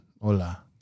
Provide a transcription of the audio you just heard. Hola